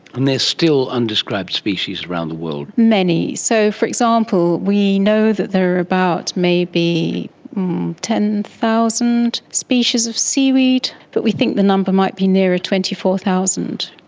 and there are still undescribed species around the world? many. so, for example, we know that there are about maybe ten thousand species of seaweed, but we think the number might be nearer twenty four thousand.